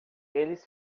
eles